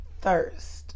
thirst